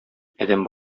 адәм